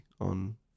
on